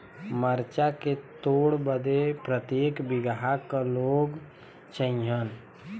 मरचा के तोड़ बदे प्रत्येक बिगहा क लोग चाहिए?